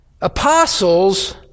apostles